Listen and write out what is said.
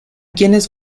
quienes